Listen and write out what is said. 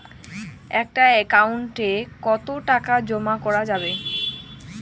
একটা একাউন্ট এ কতো টাকা জমা করা যাবে?